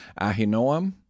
Ahinoam